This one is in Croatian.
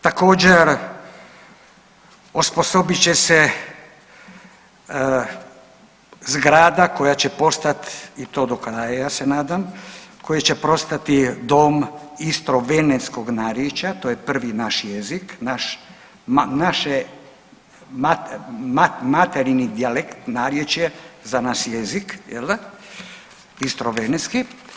Također osposobit će se zgrada koja će postati i to do kraja ja se nadam, koja će postati dom istrovenetskog narječaja, to je prvi naš jezik, naše materinji dijalekt narječje za naš jezik jel da, istrovenetski.